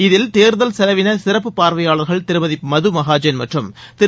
இதில் தேர்தல் செலவின சிறப்பு பார்வையாளர்கள் திருமதி மதுமகாஜன் மற்றும் திரு